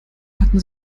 hatten